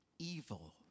evil